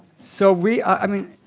so we i mean,